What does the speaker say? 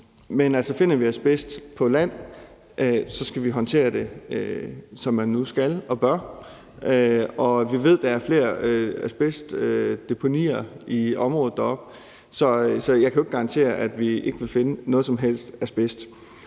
men finder vi asbest på land, skal vi håndtere det, som man nu skal og bør. Vi ved, at der er flere asbestdeponier i området deroppe, så jeg kan ikke garantere, at vi ikke vil finde noget som helst asbest,